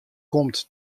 komt